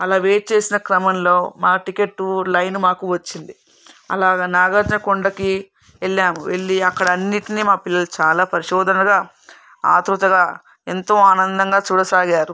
అలా వెయిట్ చేసిన క్రమంలో మా టికెట్లు లైన్ మాకు వచ్చింది అలాగ నాగార్జున కొండకి వెళ్ళాము వెళ్లి అక్కడ అన్నింటినీ మా పిల్లలు చాలా పరిశోధనగా ఆత్రుతగా ఎంతో ఆనందంగా చూడసాగారు